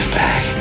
back